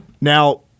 Now